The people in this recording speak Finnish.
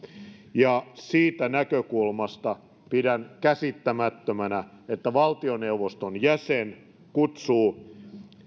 siitä näkökulmasta pidän käsittämättömänä että valtioneuvoston jäsen kutsuu